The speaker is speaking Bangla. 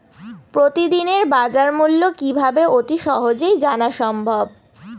প্রতিদিনের বাজারমূল্য কিভাবে অতি সহজেই জানা সম্ভব?